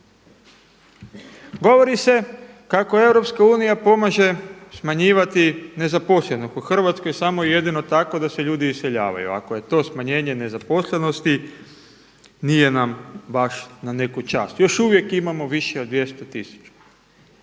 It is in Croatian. Govori se kako Europska unija pomaže smanjivati nezaposlenost. U Hrvatskoj samo jedino tako da se ljudi iseljavaju. Ako je to smanjenje nezaposlenosti nije nam baš na neku čast. Još uvijek imamo više od 200 tisuća.